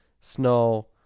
snow